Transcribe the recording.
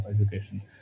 education